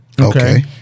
Okay